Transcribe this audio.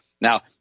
Now